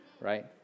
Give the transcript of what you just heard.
right